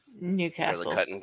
Newcastle